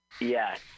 yes